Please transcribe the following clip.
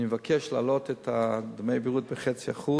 אני מבקש להעלות את דמי הבריאות ב-0.5%.